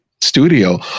studio